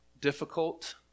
Difficult